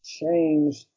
change